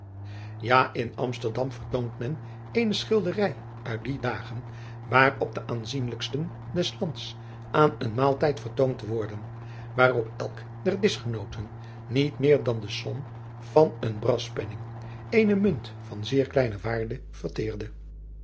a in msterdam vertoont men eene schilderij uit die dagen waarop de aanzienlijksten des ands aan een maaltijd vertoond worden waarop elk der dischgenooten niet meer dan de som van een braspenning eene munt van zeer kleine waarde verteerde